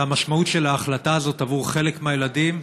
והמשמעות של ההחלטה הזאת עבור חלק מהילדים,